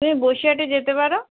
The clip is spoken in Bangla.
তুমি বসিরহাটে যেতে পারো